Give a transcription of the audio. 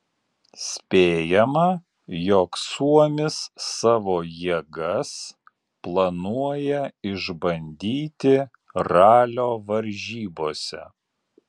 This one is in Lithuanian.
spėjama jog suomis savo jėgas planuoja išbandyti ralio varžybose